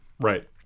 Right